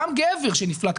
גם גבר שנפלט,